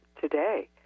today